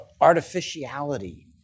artificiality